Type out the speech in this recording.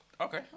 okay